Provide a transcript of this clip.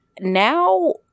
Now